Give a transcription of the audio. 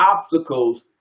obstacles